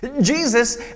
Jesus